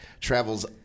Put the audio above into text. travels